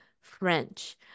French